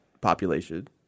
Population